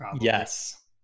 Yes